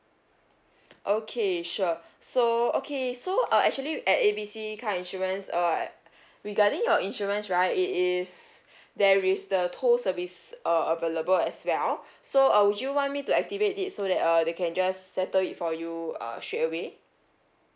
okay sure so okay so uh actually at A B C car insurance uh regarding your insurance right it is there is the tow service uh available as well so uh would you want me to activate it so that uh they can just settle it for you uh straightaway